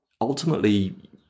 ultimately